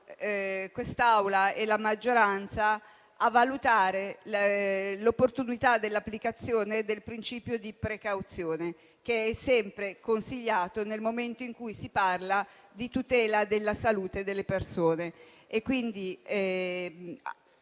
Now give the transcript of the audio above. l'Assemblea e la maggioranza a valutare l'opportunità dell'applicazione del principio di precauzione, sempre consigliato nel momento in cui si parla di tutela della salute delle persone. Per